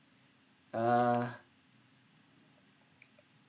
ah